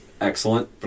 excellent